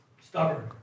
Stubborn